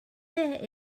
this